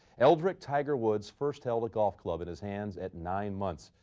eldrick tiger woods first held a golf club in his hands at nine months,